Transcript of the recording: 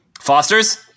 Foster's